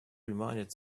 reminded